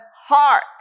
heart